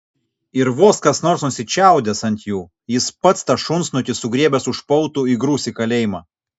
ir vos kas nors nusičiaudės ant jų jis pats tą šunsnukį sugriebęs už pautų įgrūs į kalėjimą